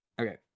Okay